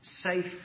safe